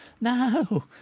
no